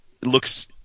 looks